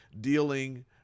dealing